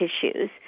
tissues